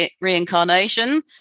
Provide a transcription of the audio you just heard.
reincarnation